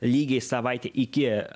lygiai savaitė iki